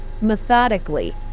methodically